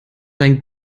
ein